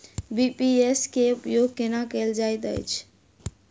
BBPS केँ उपयोग केना कएल जाइत अछि?